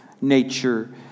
nature